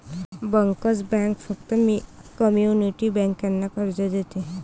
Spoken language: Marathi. बँकर्स बँक फक्त कम्युनिटी बँकांना कर्ज देते